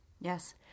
Yes